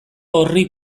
horri